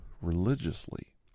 religiously